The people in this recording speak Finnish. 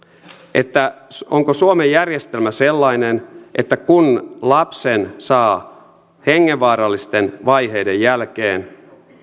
onko suomen järjestelmä sellainen että kun lapsen saa hengenvaarallisten vaiheiden jälkeen